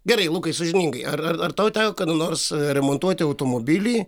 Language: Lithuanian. gerai lukai sąžiningai ar ar tau teko kada nors remontuoti automobilį